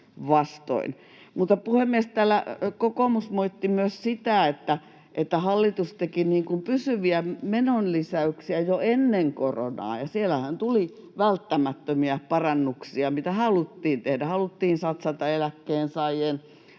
Mutta, puhemies, täällä kokoomus moitti myös sitä, että hallitus teki pysyviä menonlisäyksiä jo ennen koronaa, ja siellähän tuli välttämättömiä parannuksia, mitä haluttiin tehdä. Haluttiin satsata eläkkeensaajien